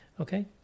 Okay